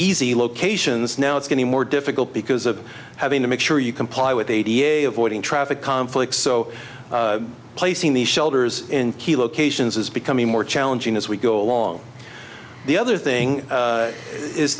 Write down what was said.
easy locations now it's getting more difficult because of having to make sure you comply with eighty a avoiding traffic conflicts so placing these shelters in key locations is becoming more challenging as we go along the other thing